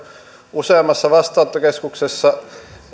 useammassa vastaanottokeskuksessa